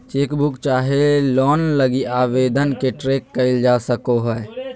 chequebook चाहे loan लगी आवेदन के ट्रैक क़इल जा सको हइ